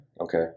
Okay